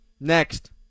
Next